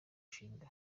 nshinga